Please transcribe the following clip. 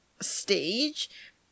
stage